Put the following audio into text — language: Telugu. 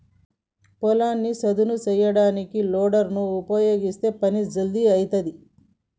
పొలాన్ని సదును చేయడానికి లోడర్ లను ఉపయీగిస్తే పని జల్దీ అయితది